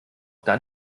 dann